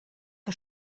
que